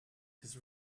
his